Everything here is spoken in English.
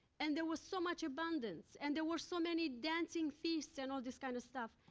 and there was so much abundance, and there were so many dancing feasts and all this kind of stuff.